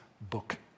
book